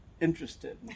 interested